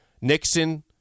Nixon